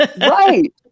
Right